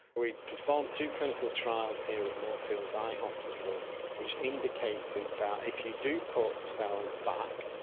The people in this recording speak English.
we'd performed two clinical trials here at moorfields eye hospital which indicated that if you do put cells back,